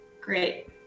Great